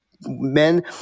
men